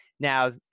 Now